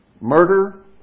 Murder